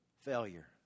failure